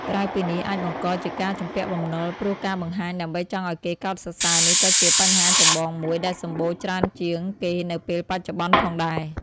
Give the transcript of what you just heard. ក្រៅពីនេះអាចបង្កជាការជំពាក់បំណុលព្រោះការបង្ហាញដើម្បីចង់ឲ្យគេកោតសរសើរនេះក៏ជាបញ្ហាចម្បងមួយដែលសំបូរច្រើនជាងគេនៅពេលបច្ចុប្បន្នផងដែរ។